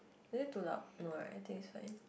is it too loud no right I think is fine